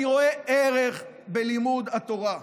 אני רואה ערך בלימוד התורה,